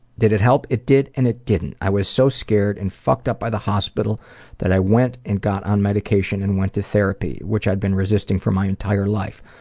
did it help? it did and it didn't. i was so scared and fucked up by the hospital that i went and got on medication and went to therapy which i'd been resisting for my entire life.